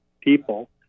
people